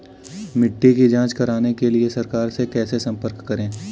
मिट्टी की जांच कराने के लिए सरकार से कैसे संपर्क करें?